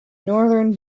northern